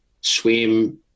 swim